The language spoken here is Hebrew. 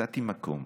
מצאתי מקום